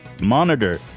Monitor